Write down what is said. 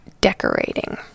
decorating